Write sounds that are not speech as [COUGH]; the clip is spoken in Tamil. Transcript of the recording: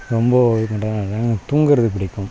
ரொம்ப இது பண்ணுறது என்ன [UNINTELLIGIBLE] எனக்குத் தூங்குவது பிடிக்கும்